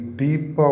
deep